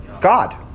God